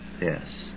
Yes